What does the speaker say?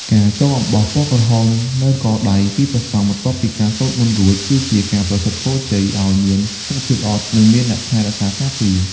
ការចងអំបោះពណ៌ក្រហមនៅកដៃពីព្រះសង្ឃ បន្ទាប់ពីការសូត្រមន្តរួច គឺជាការប្រសិទ្ធពរជ័យឱ្យមានសុខភាពល្អ និងមានអ្នកថែរក្សាការពារ។